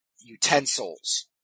utensils